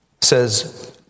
says